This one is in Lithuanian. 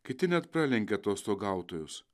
kiti net pralenkė atostogautojus